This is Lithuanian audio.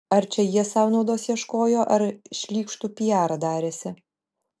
ar čia jie sau naudos ieškojo ar šlykštų piarą darėsi